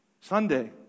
Sunday